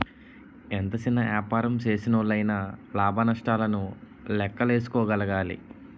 ఎంత సిన్న యాపారం సేసినోల్లయినా లాభ నష్టాలను లేక్కేసుకోగలగాలి